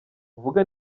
uvuga